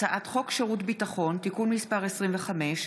הצעת חוק שירות ביטחון (תיקון מס' 25)